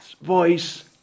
voice